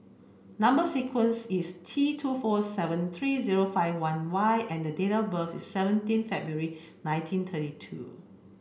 number sequence is T two four seven three zero five one Y and date of birth is seventeen February nineteen thirty two